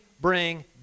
bring